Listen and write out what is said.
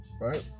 right